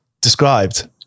described